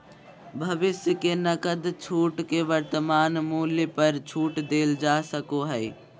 भविष्य के नकद छूट के वर्तमान मूल्य पर छूट देल जा सको हइ